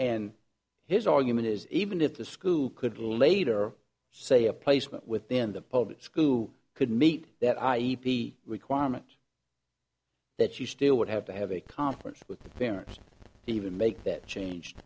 and his argument is even if the school could later say a placement within the public school could meet that i e requirement that you still would have to have a conference with the parents even make that changed